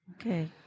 Okay